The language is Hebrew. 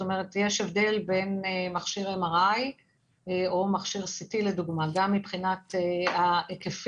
יש הבדל בין מכשיר MRI או מכשיר CT גם מבחינת ההיקפים